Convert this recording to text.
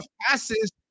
passes